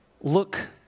look